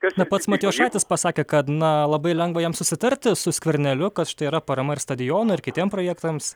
na pats matijošaitis pasakė kad na labai lengva jam susitarti su skverneliu kad štai yra parama ir stadionui ir kitiems projektams